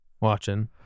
watching